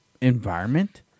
environment